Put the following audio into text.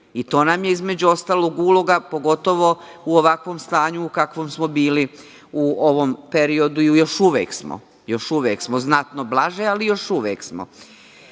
To nam je, izmeću ostalog, uloga, pogotovo u ovakvom stanju u kakvom smo bili u ovom periodu i još uvek smo, znatno blaže, ali još uvek smo. Onda